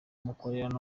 mukorera